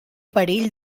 perill